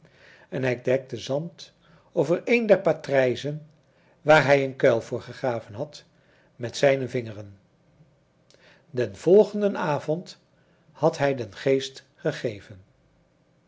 en hij dekte zand over een der patrijzen waar hij een kuil voor gegraven had met zijne vingeren den volgenden avond had hij den geest gegeven